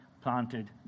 planted